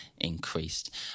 increased